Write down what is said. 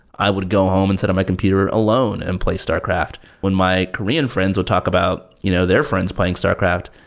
i would go home and sit on my computer alone and play starcraft. when my korean friends would talk about you know their friends playing starcraft,